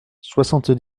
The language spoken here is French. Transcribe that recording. soixante